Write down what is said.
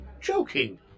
Joking